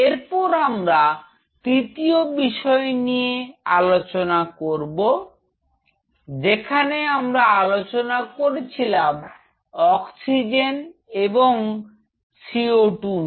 এরপর আমরা তৃতীয় বিষয় নিয়ে আলোচনা করবো যেখানে আমরা আলোচনা করেছিলাম অক্সিজেন এবং CO2 নিয়ে